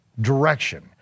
direction